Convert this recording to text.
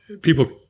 people